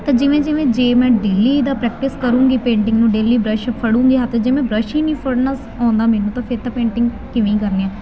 ਤਾਂ ਜਿਵੇਂ ਜਿਵੇਂ ਜੇ ਮੈਂ ਡੇਲੀ ਦਾ ਪ੍ਰੈਕਟਿਸ ਕਰੂੰਗੀ ਪੇਟਿੰਗ ਨੂੰ ਡੇਲੀ ਬਰੱਸ਼ ਫੜੂੰਗੀ ਹੱਥ ਜੇ ਮੈਂ ਬਰੱਸ਼ ਹੀ ਨਹੀਂ ਫੜਨਾ ਆਉਂਦਾ ਮੈਨੂੰ ਤਾਂ ਫਿਰ ਤਾਂ ਪੇਂਟਿੰਗ ਕਿਵੇਂ ਕਰਨੀ